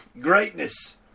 greatness